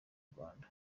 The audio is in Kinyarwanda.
rwanda